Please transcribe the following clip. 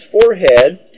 forehead